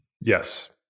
Yes